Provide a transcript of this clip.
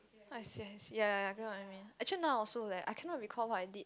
I see I see ya ya ya I get what you mean actually now also leh I cannot recall what I did